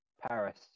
Paris